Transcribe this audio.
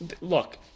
look